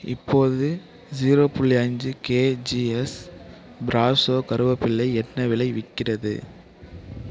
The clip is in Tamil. இப்போது ஜீரோ புள்ளி அஞ்சு கேஜிஎஸ் ப்ராஸோ கறிவேப்பிலை என்ன விலை விற்கிறது